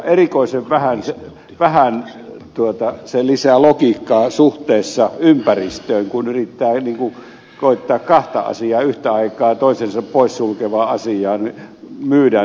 erikoisen vähän se lisää logiikkaa suhteessa ympäristöön kun yrittää koettaa kahta asiaa yhtä aikaa kahta toisensa pois sulkevaa asiaa myydä